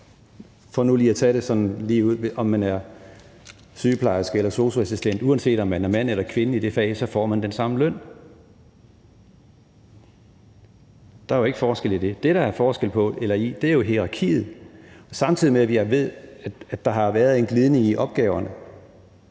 for nu lige at tage det sådan ligeud, er det sådan, hvis man er sygeplejerske eller sosu-assistent, at uanset om man er mand eller kvinde i de fag, får man den samme løn. Der er jo ikke forskel på det. Det, der er forskel på, er hierarkiet, samtidig med at jeg ved, at der har været en glidning i opgaverne